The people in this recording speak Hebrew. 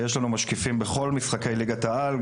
ויש לנו משקיפים בכל משחקי ליגת העל,